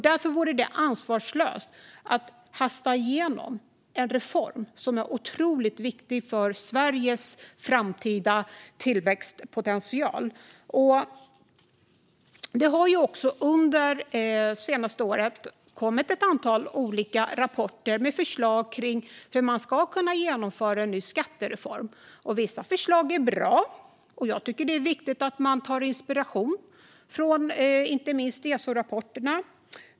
Därför vore det ansvarslöst att hasta igenom en reform som är otroligt viktig för Sveriges framtida tillväxtpotential. Det har under det senaste året kommit ett antal olika rapporter med förslag om hur man ska kunna genomföra en ny skattereform. Vissa förslag är bra. Och jag tycker att det är viktigt att man tar inspiration från inte minst ESO-rapporterna.